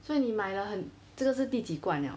所以你买了很这个是第几罐了